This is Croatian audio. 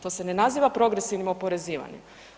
To se ne naziva progresivnim oporezivanjem.